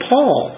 Paul